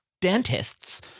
dentists